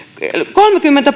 kolmekymmentä